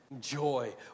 joy